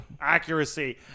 Accuracy